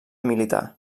militar